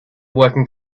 working